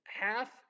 half